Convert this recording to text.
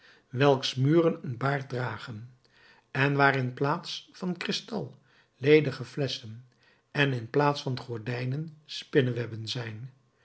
welks muren een baard dragen en waar in plaats van kristal ledige flesschen en in plaats van gordijnen spinnewebben zijn